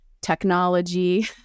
technology